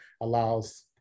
allows